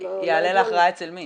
-- יעלה להכרעה אצל מי?